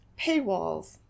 paywalls